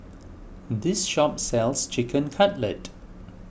this shop sells Chicken Cutlet